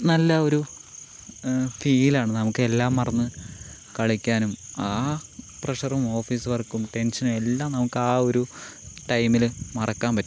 നല്ല ഒരു ഫീലാണ് നമുക്ക് എല്ലാം മറന്നു കളിക്കാനും ആ പ്രെഷറും ഓഫീസ് വർക്കും ടെൻഷനും എല്ലാം നമുക്കാ ഒരു ടൈമിൽ മറക്കാൻ പറ്റും